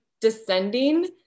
descending